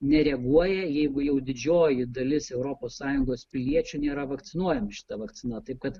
nereaguoja jeigu jau didžioji dalis europos sąjungos piliečių nėra vakcinuojami šita vakcina taip kad